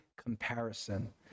comparison